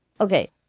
Okay